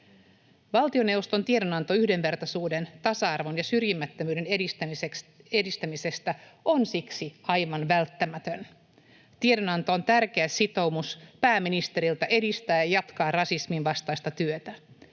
Valtioneuvoston tiedonanto yhdenvertaisuuden, tasa-arvon ja syrjimättömyyden edistämisestä on siksi aivan välttämätön. Tiedonanto on tärkeä sitoumus pääministeriltä edistää ja jatkaa rasismin vastaista työtä.